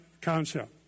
concept